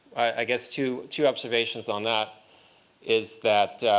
i guess two two observations on that is that,